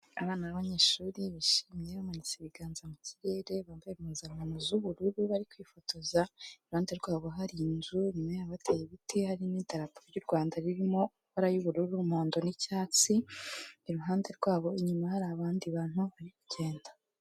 Abana b'abanyeshuri bishimye, bamanitse ibiganza mu kirere, bambaye impuzankano z'ubururu, bari kwifotoza. iruhande rwabo hari inzu imwe yabateye ibiti hari n'itera ry'u rwanda ririmo ibara y'ubururuumuhondo n'icyatsi iruhande rwabo inyuma hari abandi bantu bari kugenda